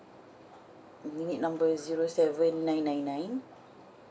unit number zero seven nine nine nine